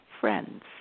friends